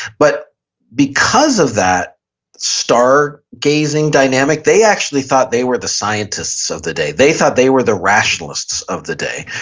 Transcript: but because of that star gazing dynamic, they actually thought they were the scientists of the day. they thought they were the rationalists of the day.